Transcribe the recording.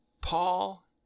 Paul